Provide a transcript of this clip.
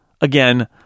again